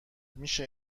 میشه